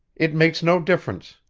it makes no difference,